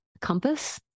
compass